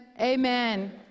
amen